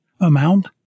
amount